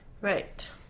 Right